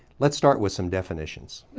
let's start with some definitions.